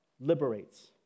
liberates